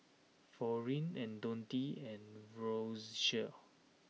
Florine and Dionte and Roscoe